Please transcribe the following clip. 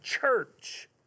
church